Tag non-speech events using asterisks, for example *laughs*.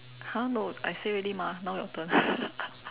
!huh! no I say already mah now your turn *laughs*